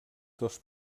dos